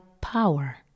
power